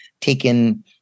taken